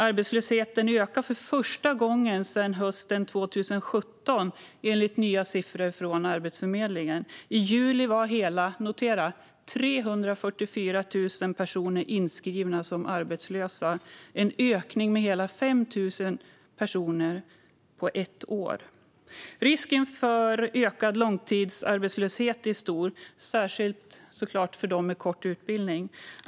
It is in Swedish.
Arbetslösheten ökar för första gången sedan hösten 2017, enligt nya siffror från Arbetsförmedlingen. I juli var hela - notera - 344 000 personer inskrivna som arbetslösa, en ökning med hela 5 000 personer på ett år. Risken för ökad långtidsarbetslöshet är stor, särskilt, såklart, för dem med kort utbildning.